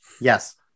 Yes